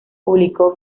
publicó